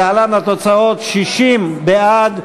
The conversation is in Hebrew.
להלן התוצאות: 60 בעד,